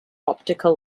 optical